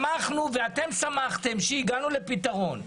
שמחנו ואתם שמחתם שהגענו לפתרון.